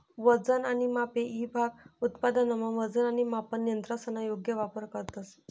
वजन आणि मापे ईभाग उत्पादनमा वजन आणि मापन यंत्रसना योग्य वापर करतंस